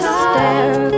stare